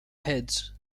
heads